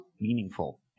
meaningful